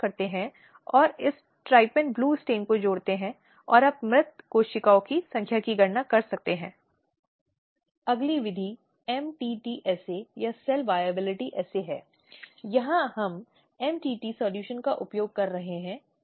क्योंकि पूरा समाज उसकी अवहेलना करता है जो उसे निम्न कृत्य के लिए जिम्मेदार बनाता है